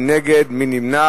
מי נגד?